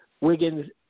Wiggins